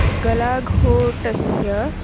गलाघोटस्य